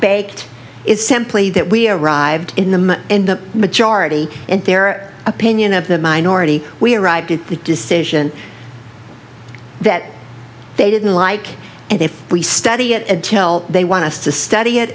baked is simply that we arrived in the in the majority and their opinion of the minority we arrived at the decision that they didn't like and if we study it and tell they want us to study it